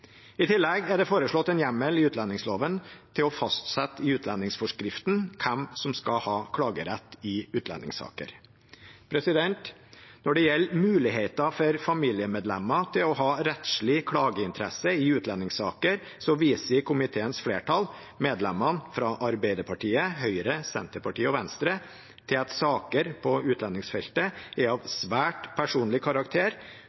I tillegg er det foreslått en hjemmel i utlendingsloven til å fastsette i utlendingsforskriften hvem som skal ha klagerett i utlendingssaker. Når det gjelder muligheter for familiemedlemmer til å ha rettslig klageinteresse i utlendingssaker, viser komiteens flertall, medlemmene fra Arbeiderpartiet, Høyre, Senterpartiet og Venstre, til at saker på utlendingsfeltet er av svært personlig karakter,